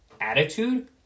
attitude